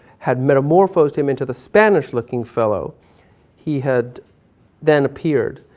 had metamorphosed him into the spanish looking fellow he had then appeared.